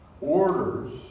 orders